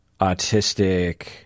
autistic